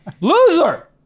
Loser